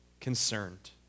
concerned